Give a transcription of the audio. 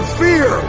fear